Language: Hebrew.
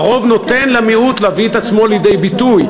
הרוב נותן למיעוט להביא את עצמו לידי ביטוי,